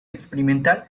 experimentar